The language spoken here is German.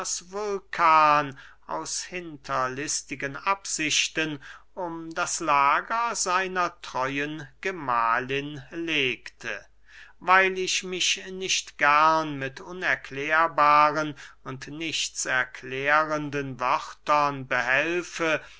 aus hinterlistigen absichten um das lager seiner treuen gemahlin legte weil ich mich nicht gern mit unerklärbaren und nichts erklärenden wörtern behelfe